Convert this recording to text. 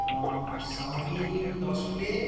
অঁ চাওমিন দহ প্লেট